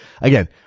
again